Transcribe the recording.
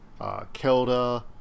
Kelda